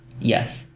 Yes